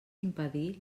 impedir